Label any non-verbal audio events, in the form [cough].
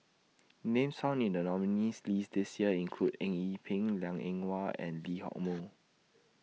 Names found in The nominees' list This Year include Eng Yee Peng Liang Eng Hwa and Lee Hock Moh [noise]